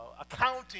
accounting